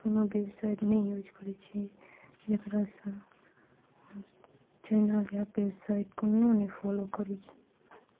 कोनो वेबसाइट नहि यूज करै छी जेकरासँ चैनल या वेबसाइट कोनो नै फॉलो करै छै